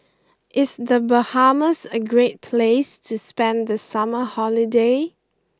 is the Bahamas a great place to spend the summer holiday